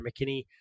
McKinney